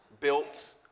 built